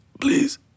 Please